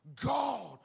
God